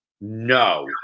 No